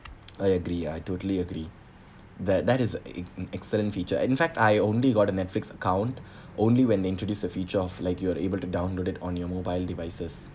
I agree I totally agree that that is an excellent feature in fact I only got the netflix account only when they introduced the feature of like you're able to download it on your mobile devices